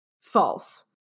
false